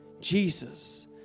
Jesus